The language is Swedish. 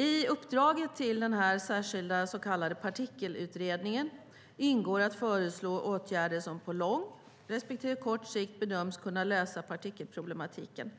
I uppdraget till den särskilda så kallade partikelutredningen ingår att föreslå åtgärder som på lång respektive kort sikt bedöms kunna lösa partikelproblematiken.